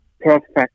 perfect